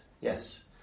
yes